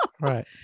Right